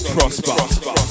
Prosper